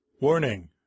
Warning